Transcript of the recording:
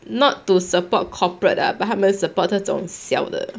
not to support corporate ah but 他们 support 这种小的